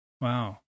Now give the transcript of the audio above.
Wow